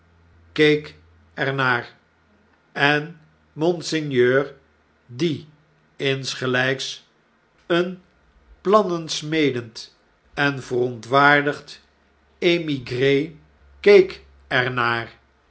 keek er naar en monseigneur die insgelgks een plannen smedend en verontwaardigd emigre keek er